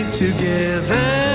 together